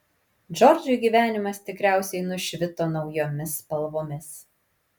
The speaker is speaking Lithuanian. džordžui gyvenimas tikriausiai nušvito naujomis spalvomis